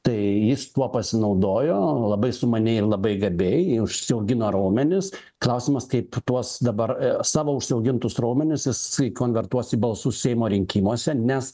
tai jis tuo pasinaudojo labai sumaniai labai gabiai užsiaugino raumenis klausimas kaip tuos dabar savo užsiaugintus raumenis konvertuos į balsus seimo rinkimuose nes